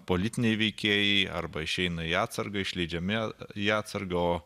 politiniai veikėjai arba išeina į atsargą išleidžiami į atsargą o